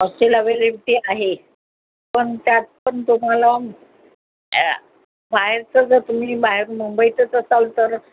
hostel availability आहे पण त्यात पण तुम्हाला ॲ बाहेरचं जर तुम्ही बाहेर मुंबईतच असाल तर